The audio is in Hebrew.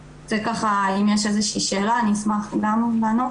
אם יש איזושהי שאלה, אני אשמח גם לענות.